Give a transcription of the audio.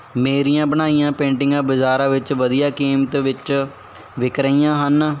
ਮੇਰੀਆਂ ਬਣਾਈਆਂ ਪੇਂਟਿੰਗਾਂ ਬਾਜ਼ਾਰਾਂ ਵਿੱਚ ਵਧੀਆ ਕੀਮਤ ਵਿੱਚ ਵਿਕ ਰਹੀਆਂ ਹਨ